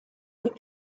with